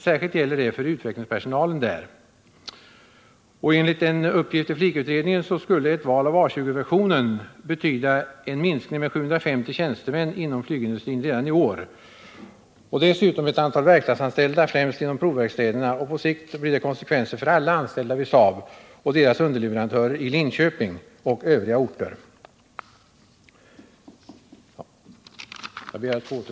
Särskilt gäller detta för utvecklingspersonalens del.” Enligt en uppgift i Flik-utredningen skulle ett val av A 20-versionen betyda en minskning med 750 tjänstemän inom flygindustrin redan i år och dessutom ett antal verkstadsanställda, främst inom provverkstäderna. På sikt blir det konsekvenser för alla anställda vid Saab och dess underleverantörer i Linköping och övriga orter.